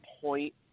point